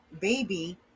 baby